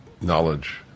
knowledge